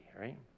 right